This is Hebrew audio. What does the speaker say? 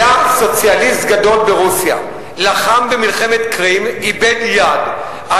היה סוציאליסט גדול ברוסיה שלחם במלחמת קרים ואיבד יד,